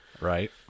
right